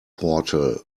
portal